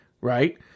right